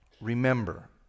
remember